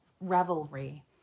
revelry